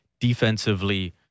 Defensively